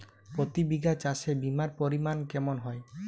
প্রতি বিঘা চাষে বিমার পরিমান কেমন হয়?